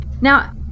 now